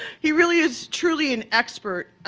he really is truly an expert